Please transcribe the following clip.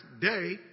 day